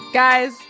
Guys